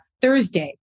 Thursday